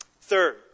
Third